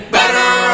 better